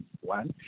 One